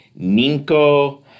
Ninko